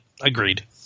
Agreed